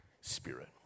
spirit